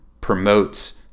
promotes